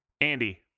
Andy